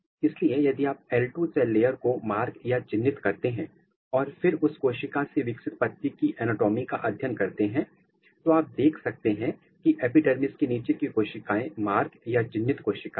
इसलिए यदि आप L 2 सेल लेयर को मार्क या चिन्हित करते हैं और फिर उस कोशिका से विकसित पत्ती की एनाटॉमी का अध्ययन करते हैं आप देख सकते हैं की एपिडर्मिस की नीचे की कोशिकाएं मार्क या चिन्हित कोशिकाएं हैं